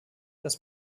das